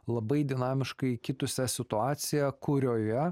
labai dinamiškai kitusia situacija kurioje